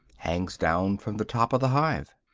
hangs down from the top of the hive.